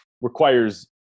requires